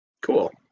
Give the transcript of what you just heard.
Cool